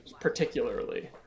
particularly